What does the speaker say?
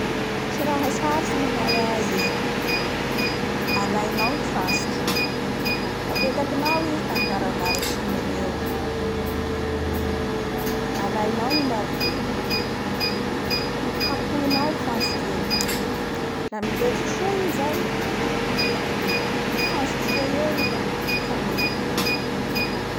Tsy raha sarotsy manao azy e, alaianao ny vantsiky, apetakinao i amin'ny varavara simba gneo, alaianao ny marto, kaponao i fantsiky igny la miletiky soa i zay la mifantsiky soa eo i la fa mety i zay.